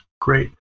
great